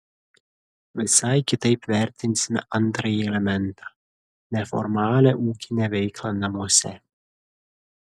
visai kitaip vertinsime antrąjį elementą neformalią ūkinę veiklą namuose